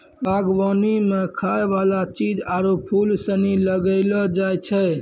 बागवानी मे खाय वाला चीज आरु फूल सनी लगैलो जाय छै